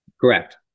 Correct